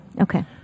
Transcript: Okay